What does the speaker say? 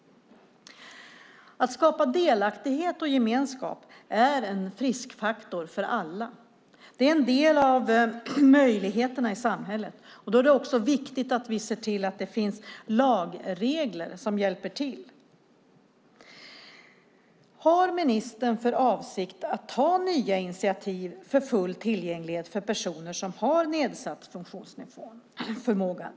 Att skapa delaktighet och gemenskap är en friskfaktor för alla. Det är en del av möjligheterna i samhället. Då är det också viktigt att vi ser till att det finns lagregler som hjälper till. Har ministern för avsikt att ta nya initiativ för full tillgänglighet för personer som har nedsatt funktionsförmåga?